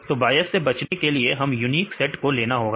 तो बायस से बचने के लिए हमें यूनिक सेट को लेना होगा